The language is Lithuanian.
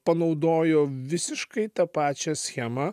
panaudojo visiškai tą pačią schemą